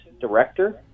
director